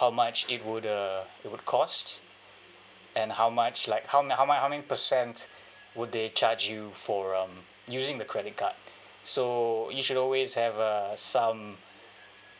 how much it would uh it would cost and how much like how many how many how many percent would they charge you for um using the credit card so you should always have uh some